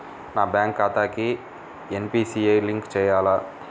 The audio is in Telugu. నా బ్యాంక్ ఖాతాకి ఎన్.పీ.సి.ఐ లింక్ చేయాలా?